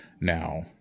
Now